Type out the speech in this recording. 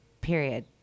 Period